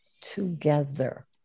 together